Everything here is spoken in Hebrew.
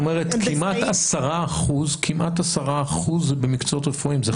זאת אומרת כמעט 10% הם במקצועות הרפואה,